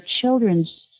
children's